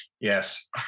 Yes